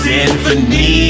Symphony